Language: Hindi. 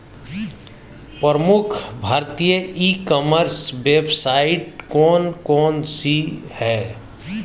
प्रमुख भारतीय ई कॉमर्स वेबसाइट कौन कौन सी हैं?